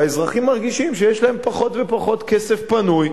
והאזרחים מרגישים שיש להם פחות ופחות כסף פנוי.